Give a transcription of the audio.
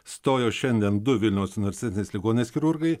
stojo šiandien du vilniaus universitetinės ligoninės chirurgai